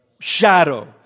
Shadow